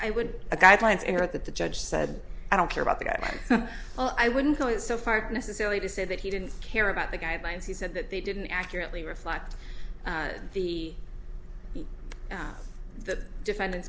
i would a guideline to write that the judge said i don't care about the guy well i wouldn't go so far necessarily to say that he didn't care about the guidelines he said that they didn't accurately reflect the the defendant